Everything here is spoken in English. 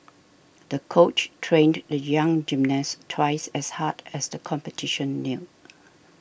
the coach trained the young gymnast twice as hard as the competition neared